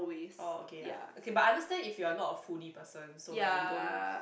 orh okay ya okay but I understand if you are not a foodie person so like you don't